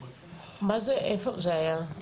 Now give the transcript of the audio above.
איפה זה היה?